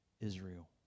Israel